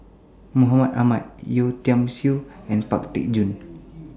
Mohammed Ahmad Yeo Tiam Siew and Pang Teck Joon